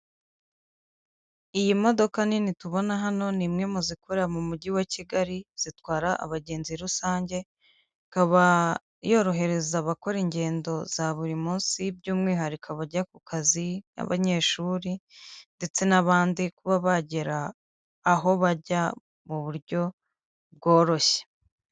Iyi modoka nini tubona hano ni imwe mu zikorera mu mujyi wa Kigali zitwara abagenzi rusange, ikaba yorohereza abakora ingendo za buri munsi by'umwihariko bajya ku kazi, n'abanyeshuri, ndetse n'abandi kuba bagera aho bajya, mu buryo bworoshye.